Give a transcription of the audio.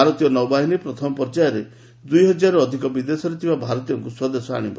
ଭାରତୀୟ ନୌବାହିନୀ ପ୍ରଥମ ପର୍ଯ୍ୟାୟରେ ଦୁଇହକାରରୁ ଅଧିକ ବିଦେଶରେ ଥିବା ଭାରତୀୟଙ୍କ ସ୍ୱଦେଶ ଆଶିବ